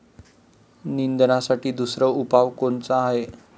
निंदनासाठी दुसरा उपाव कोनचा हाये?